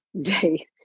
day